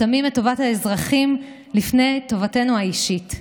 שמים את טובת האזרחים לפני טובתנו האישית?